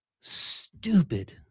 stupid